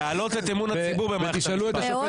להעלות את אמון הציבור בבית המשפט.